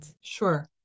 Sure